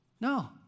No